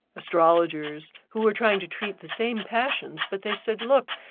astrologers, who were trying to treat the same passions, but they said, look,